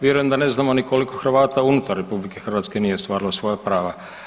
Vjerujem da ne znamo ni koliko Hrvata unutar RH nije ostvarilo svoja prava.